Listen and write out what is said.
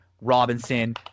Robinson